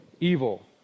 evil